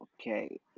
Okay